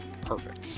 Perfect